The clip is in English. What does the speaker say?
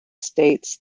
states